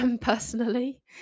personally